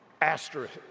asterisk